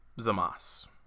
Zamas